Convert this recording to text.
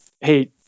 hey